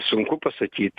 sunku pasakyt